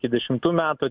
iki dešimtų metų